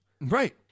Right